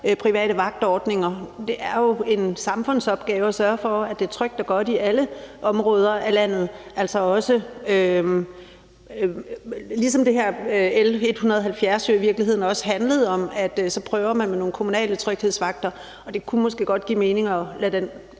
private vagtordninger. Men det er jo en samfundsopgave at sørge for, at det er trygt og godt i alle områder af landet, altså ligesom det med L 170 jo i virkeligheden også handlede om, at man så prøver med nogle kommunale tryghedsvagter. Og det kunne måske godt give mening at lade den